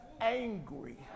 angry